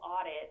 audit